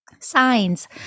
Signs